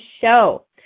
show